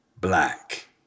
black